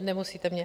Nemusíte mě...